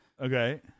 Okay